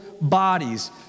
bodies